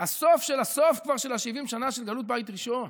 הסוף של הסוף כבר, של 70 השנה של גלות בית ראשון?